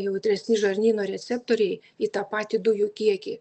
jautresni žarnyno receptoriai į tą patį dujų kiekį